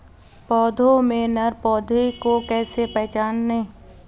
पौधों में नर पौधे को कैसे पहचानें?